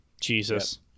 Jesus